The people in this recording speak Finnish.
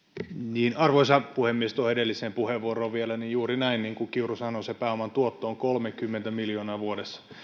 arvoisa puhemies tuohon edelliseen puheenvuoroon vielä juuri näin niin kuin kiuru sanoi se pääoman tuotto on kolmekymmentä miljoonaa vuodessa